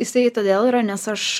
jisai todėl yra nes aš